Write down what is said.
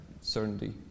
certainty